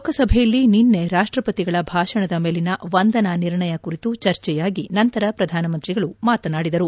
ಲೋಕಸಭೆಯಲ್ಲಿ ನಿನ್ನೆ ರಾಷ್ಟಪತಿಗಳ ಭಾಷಣದ ಮೇಲಿನ ವಂದನಾ ನಿರ್ಣಯ ಕುರಿತು ಚರ್ಚೆಯಾಗಿ ನಂತರ ಪ್ರಧಾನಮಂತ್ರಿಗಳು ಮಾತನಾಡಿದರು